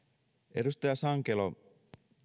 edustaja sankelo